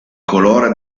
colore